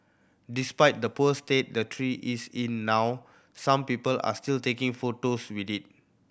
despite the poor state the tree is in now some people are still taking photos with it